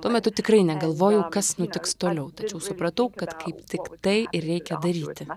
tuo metu tikrai negalvojau kas nutiks toliau tačiau supratau kad kaip tik tai ir reikia daryti